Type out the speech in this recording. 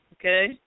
Okay